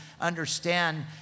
understand